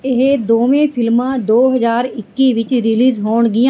ਇਹ ਦੋਵੇਂ ਫ਼ਿਲਮਾਂ ਦੋ ਹਜ਼ਾਰ ਇੱਕੀ ਵਿੱਚ ਰਿਲੀਜ਼ ਹੋਣਗੀਆਂ